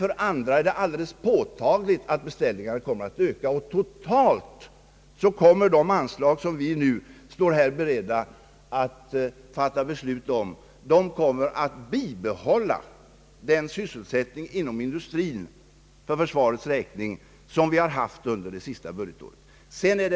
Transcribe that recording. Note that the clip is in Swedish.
För andra industrier är det däremot alldeles påtagligt att beställningarna kommer att öka. Totalt kommer de anslag som vi nu är beredda att fatta beslut om att medföra en bibehållen sysselsättning inom försvarsindustrin jämfört med den vi haft under det senaste budgetåret.